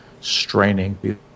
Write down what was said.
straining